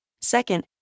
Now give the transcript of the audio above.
Second